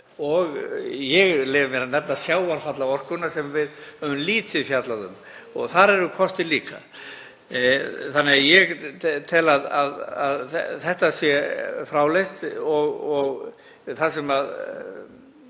og ég leyfi mér að nefna sjávarfallaorkuna sem við höfum lítið fjallað um, þar eru líka kostir. Þannig að ég tel að þetta sé fráleitt. Það sem